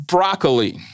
Broccoli